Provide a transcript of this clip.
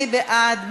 מי בעד?